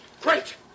Great